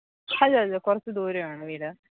അല്ലല്ല കുറച്ച് ദൂരമാണ് വീട്